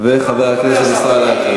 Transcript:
ושל חבר הכנסת ישראל אייכלר.